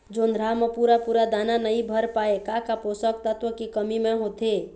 जोंधरा म पूरा पूरा दाना नई भर पाए का का पोषक तत्व के कमी मे होथे?